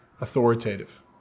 authoritative